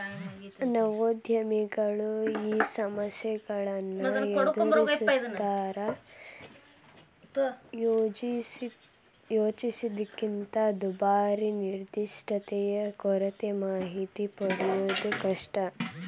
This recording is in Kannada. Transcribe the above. ನವೋದ್ಯಮಿಗಳು ಈ ಸಮಸ್ಯೆಗಳನ್ನ ಎದರಿಸ್ತಾರಾ ಯೋಜಿಸಿದ್ದಕ್ಕಿಂತ ದುಬಾರಿ ನಿರ್ದಿಷ್ಟತೆಯ ಕೊರತೆ ಮಾಹಿತಿ ಪಡೆಯದು ಕಷ್ಟ